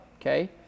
Okay